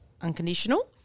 unconditional